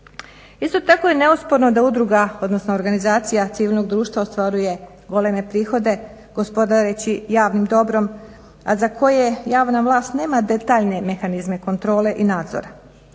Isto tako je neosporno da udruga, odnosno Organizacija civilnog društva ostvaruje goleme prihode gospodareći javnim dobrom, a za koje javna vlast nema detaljne mehanizme kontrole i nadzora.